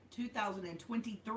2023